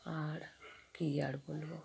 আর কী আর বলব